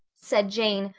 said jane,